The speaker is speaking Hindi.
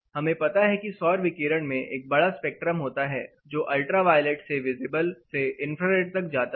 हमें पता है कि सौर विकरण में एक बड़ा स्पेक्ट्रम होता है जो अल्ट्रावायलेट से विजिबल से इंफ्रारेड तक जाता है